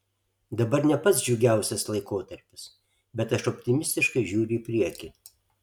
dabar ne pats džiugiausias laikotarpis bet aš optimistiškai žiūriu į priekį